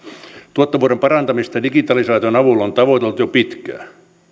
tuottavuuden parantamista digitalisaation avulla on tavoiteltu jo pitkään